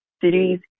cities